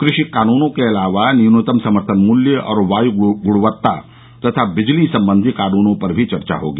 कृषि कानूनों के अलावा न्यूनतम समर्थन मूल्य और वायु गुणवत्ता तथा बिजली संबंधी कानूनों पर भी चर्चा होगी